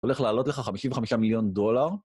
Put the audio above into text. הולך להעלות לך 55 מיליון דולר.